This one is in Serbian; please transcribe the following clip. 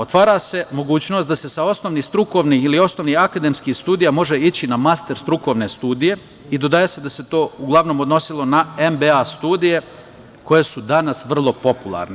Otvara se mogućnost da se sa osnovnih strukovnih ili osnovnih akademskih studija može ići na master strukovne studije i dodaje se da se to uglavnom odnosilo na MBA studije koje su danas vrlo popularne.